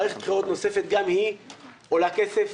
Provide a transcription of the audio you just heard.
מערכת בחירות נוספת, גם היא עולה כסף.